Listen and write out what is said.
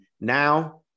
now